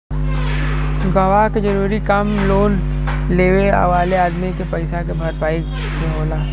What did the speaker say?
गवाह के जरूरी काम लोन लेवे वाले अदमी के पईसा के भरपाई के होला